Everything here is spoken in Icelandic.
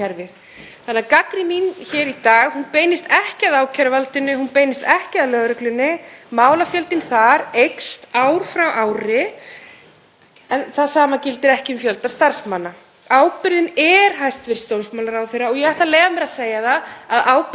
en það sama gildir ekki um fjölda starfsmanna. Ábyrgðin er hæstv. dómsmálaráðherra og ég ætla að leyfa mér að segja að ábyrgðin er Sjálfstæðisflokksins sem hefur farið með dómsmálaráðuneytið í 26 ár af síðustu 30. Réttarríki sem ekki getur staðist